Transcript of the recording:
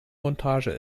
montage